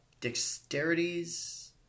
dexterities